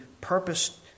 purpose